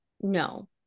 no